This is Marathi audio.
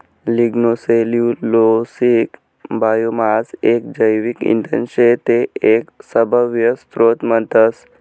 लिग्नोसेल्यूलोसिक बायोमास एक जैविक इंधन शे ते एक सभव्य स्त्रोत म्हणतस